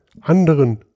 anderen